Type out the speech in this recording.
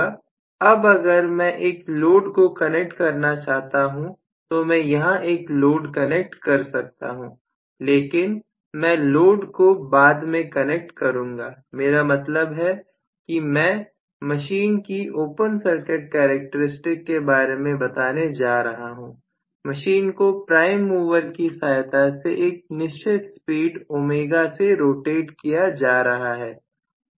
अब अगर मैं एक लोड को कनेक्ट करना चाहता हूं तो मैं यहां एक लोड कनेक्ट कर सकता हूं लेकिन मैं लोड को बाद में कनेक्ट करूंगा मेरा मतलब है कि मैं मशीन की ओपन सर्किट कैरेक्टरस्टिक्स के बारे में बताने जा रहा हूं मशीन को प्राइम मूवर की सहायता से एक निश्चित स्पीड ω से रोटेट किया जा रहा है